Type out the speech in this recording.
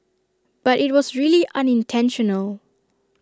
but IT was really unintentional